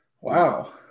Wow